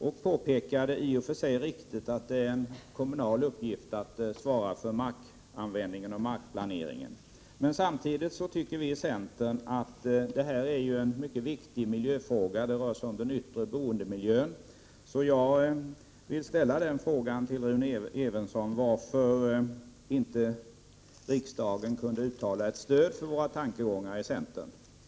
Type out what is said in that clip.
Han påpekade, i och för sig riktigt, att det är en kommunal upgift att svara för markanvändning och markplanering. I centern tycker vi dock att det är en mycket viktig miljöfråga. Det rör sig om den yttre boendemiljön. Varför kan inte riksdagen uttala ett stöd för centerns tankegångar?